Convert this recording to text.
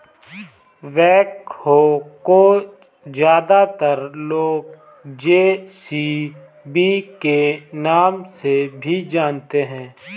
backhoe को ज्यादातर लोग जे.सी.बी के नाम से भी जानते हैं